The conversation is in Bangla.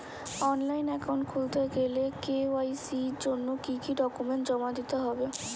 অনলাইন একাউন্ট খুলতে গেলে কে.ওয়াই.সি জন্য কি কি ডকুমেন্ট জমা দিতে হবে?